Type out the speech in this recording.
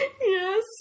yes